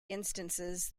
instances